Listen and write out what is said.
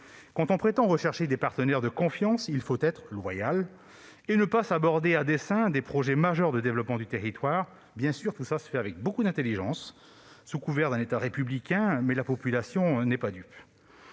Quand on prétend rechercher des partenaires de confiance, il faut être loyal et ne pas saborder à dessein des projets majeurs de développement du territoire. Bien sûr, ce que je dénonce se fait de manière très intelligente, sous couvert d'un État républicain, mais la population n'est pas dupe.